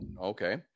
Okay